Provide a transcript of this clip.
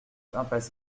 impasse